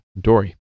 Dory